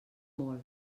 molt